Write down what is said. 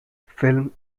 film